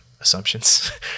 assumptions